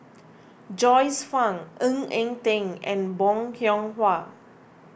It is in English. Joyce Fan Ng Eng Teng and Bong Hiong Hwa